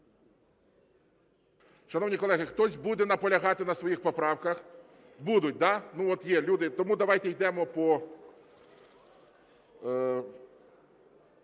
Шановні колеги, хтось буде наполягати на своїх поправках? Будуть, да? Ну, от є люди, тому давайте йдемо по...